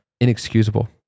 inexcusable